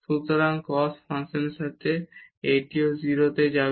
সুতরাং cos ফাংশনের সাথে এটিও 0 তে যাবে